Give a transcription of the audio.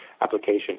application